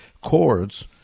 chords